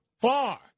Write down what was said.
far